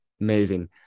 Amazing